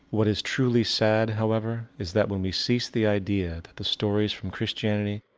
what is truly sad however, is that when we cease the idea that the stories from christianity,